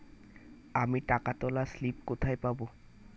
আমি টাকা তোলার স্লিপ কোথায় পাবো?